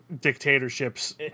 dictatorships